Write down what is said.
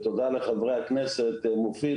תודה לחברי הכנסת מופיד,